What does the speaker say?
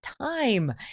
time